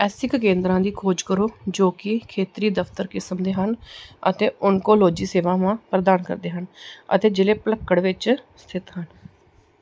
ESIC ਕੇਂਦਰਾਂ ਦੀ ਖੋਜ ਕਰੋ ਜੋ ਕਿ ਖੇਤਰੀ ਦਫ਼ਤਰ ਕਿਸਮ ਦੇ ਹਨ ਅਤੇ ਓਨਕੋਲੋਜੀ ਸੇਵਾਵਾਂ ਪ੍ਰਦਾਨ ਕਰਦੇ ਹਨ ਅਤੇ ਜ਼ਿਲ੍ਹੇ ਪਲੱਕੜ ਵਿੱਚ ਸਥਿਤ ਹਨ